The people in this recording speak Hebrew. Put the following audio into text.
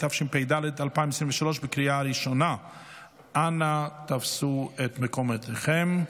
התשפ"ד 2023. אנא תפסו את מקומותיכם.